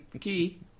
key